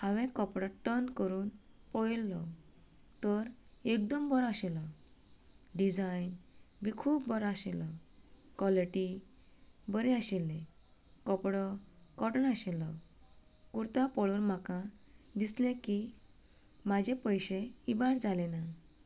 हांवेन कपडो टर्न करुन पळयल्लो तर एकदम बरो आशिल्लो डिझायन बी खूब बरो आशिल्लो क्वॉलिटी बरी आशिल्ली कपडो कॉटन आशिल्लो कुर्ता पळोवन म्हाका दिसलें की म्हाजे पयशें इबाड जालें ना